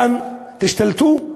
כאן תשתלטו,